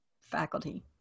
faculty